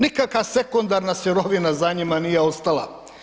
Nikakva sekundarna sirovina za njima nije ostala.